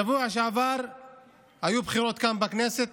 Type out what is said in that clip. בשבוע שעבר היו בחירות כאן בכנסת